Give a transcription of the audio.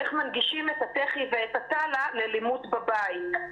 איך מנגישים את התח"י ואת התל"א ללימוד בבית.